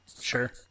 Sure